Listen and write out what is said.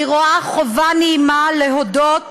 אני רואה חובה נעימה להודות